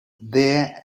there